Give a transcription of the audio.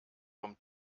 von